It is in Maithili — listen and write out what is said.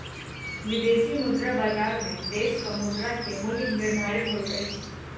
विदेशी मुद्रा बजार में देशक मुद्रा के मूल्य निर्धारित होइत अछि